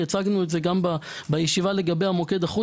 הצגנו את זה בישיבה לגבי המוקד האחוד,